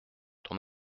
ton